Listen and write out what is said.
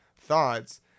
thoughts